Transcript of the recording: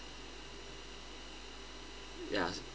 ya